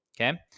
Okay